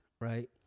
right